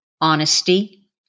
honesty